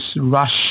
rush